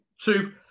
two